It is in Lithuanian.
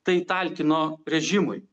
tai talkino režimui